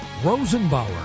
Rosenbauer